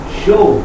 show